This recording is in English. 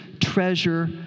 treasure